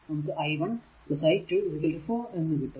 നമുക്ക് i 1 i2 4 എന്ന് കിട്ടും